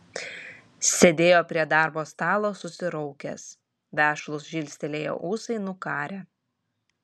sėdėjo prie darbo stalo susiraukęs vešlūs žilstelėję ūsai nukarę